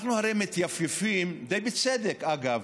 אנחנו הרי מתייפייפים, די בצדק, אגב,